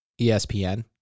ESPN